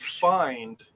find